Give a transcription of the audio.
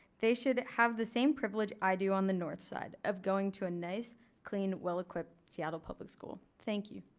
they should have the same privilege i do on the north side of going to a nice clean well equipped seattle public school. thank you.